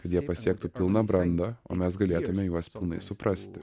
kad jie pasiektų pilną brandą o mes galėtume juos pilnai suprasti